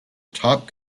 top